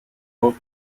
hope